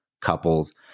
couples